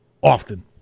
often